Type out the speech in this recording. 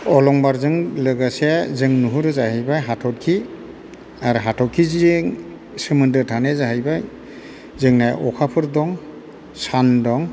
अलंबारजों लोगोसे जों नुहुरो जाहैबाय हाथरखि आरो हाथरखिजों सोमोन्दो थानाया जाहैबाय जोंना अखाफोर दं सान दं